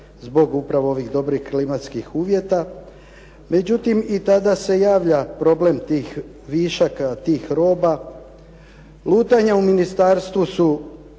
zbog upravo ovih dobrih klimatskih uvjeta. Međutim, i tada se javlja problem tih višaka tih roba. Lutanja u ministarstvu su